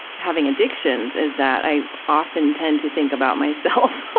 having addictions, is that i often tend to think about myself